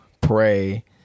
pray